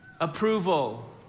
Approval